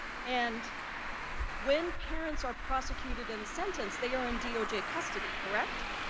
and when parents are prosecuted and sentenced, they are in doj custody, correct?